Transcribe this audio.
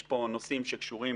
יש פה נושאים שקשורים